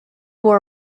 war